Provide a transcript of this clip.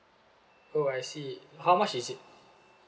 oh I see how much is it